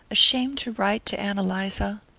ashamed to write to ann eliza?